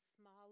small